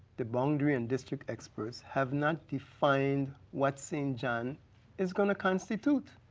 the boundary and district experts have not defined what st. john is going to constitute.